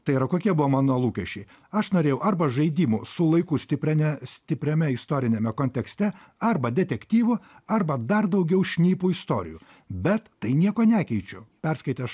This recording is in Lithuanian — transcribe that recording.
tai yra kokie buvo mano lūkesčiai aš norėjau arba žaidimų su laiku stipriame stipriame istoriniame kontekste arba detektyvo arba dar daugiau šnipų istorijų bet tai nieko nekeičiu perskaitęs